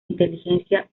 inteligencia